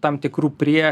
tam tikrų prie